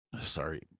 sorry